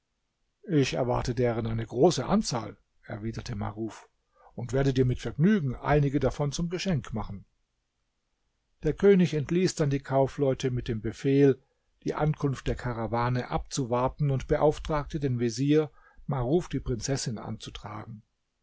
ich erwarte deren eine große anzahl erwiderte maruf und werde dir mit vergnügen einige davon zum geschenk machen der könig entließ dann die kaufleute mit dem befehl die ankunft der karawane abzuwarten und beauftragte den vezier maruf die prinzessin anzutragen